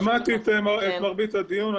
שמעתי את מרבית הדיון.